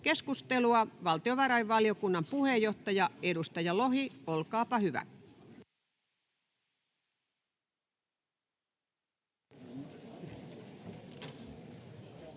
Keskustelua. Valtiovarainvaliokunnan puheenjohtaja, edustaja Lohi, olkaapa hyvä.